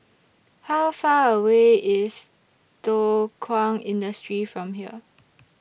How Far away IS Thow Kwang Industry from here